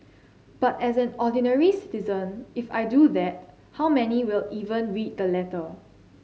but as an ordinary citizen if I do that how many will even read the letter